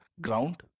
ground